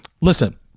listen